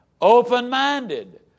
open-minded